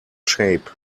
shape